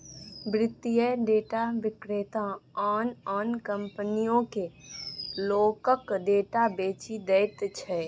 वित्तीय डेटा विक्रेता आन आन कंपनीकेँ लोकक डेटा बेचि दैत छै